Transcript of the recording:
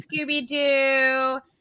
Scooby-Doo